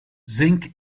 zinc